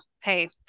Hey